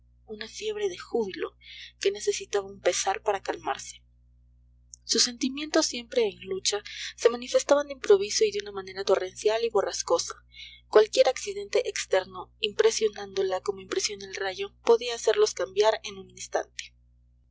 una fiebre de júbilo que necesitaba un pesar para calmarse sus sentimientos siempre en lucha se manifestaban de improviso y de una manera torrencial y borrascosa cualquier accidente externo impresionándola como impresiona el rayo podía hacerlos cambiar en un instante